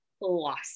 lost